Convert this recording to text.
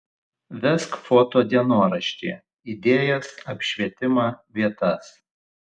vesk foto dienoraštį idėjas apšvietimą vietas